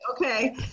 okay